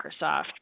Microsoft